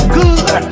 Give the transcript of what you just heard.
good